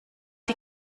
die